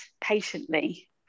patiently